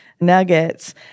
nuggets